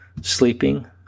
Sleeping